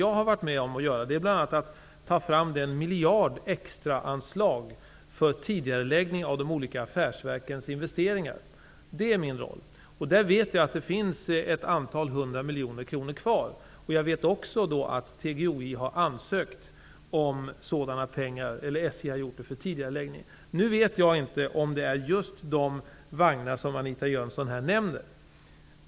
Jag har bl.a. varit med om att ta fram den miljard extraanslag för tidigareläggningar av de olika affärsverkens investeringar. Det är min roll. Jag vet att det där finns ett antal hundra miljoner kronor kvar. Jag vet också att SJ har ansökt om sådana pengar för en tidigareläggning. Nu vet jag inte om det gäller just de vagnar som Anita Jönsson nämner.